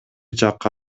жакка